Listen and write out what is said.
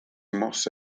mosse